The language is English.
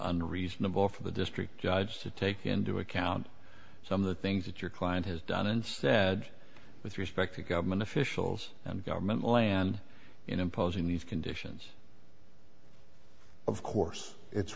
unreasonable for the district judge to take into account some of the things that your client has done and said with respect to government officials and government land in imposing these conditions of course it's